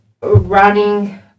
running